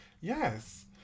Yes